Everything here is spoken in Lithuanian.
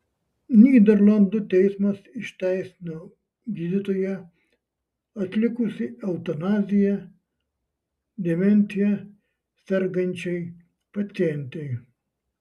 nyderlandų teismas išteisino gydytoją atlikusį eutanaziją demencija sergančiai pacientei